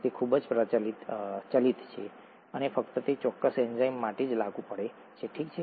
તે ખૂબ જ ચલિત છે અને ફક્ત તે ચોક્કસ એન્ઝાઇમ માટે જ લાગુ પડે છે ઠીક છે